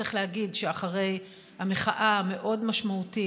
צריך להגיד שאחרי המחאה המאוד-משמעותית,